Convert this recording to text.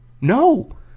No